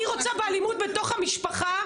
אני רוצה באלימות בתוך המשפחה,